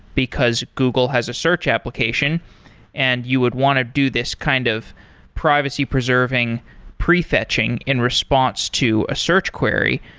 because google has a search application and you would want to do this kind of privacy preserving prefetching in response to a search query.